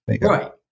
Right